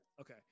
Okay